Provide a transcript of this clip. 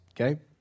okay